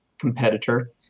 competitor